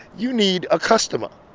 you need a customer.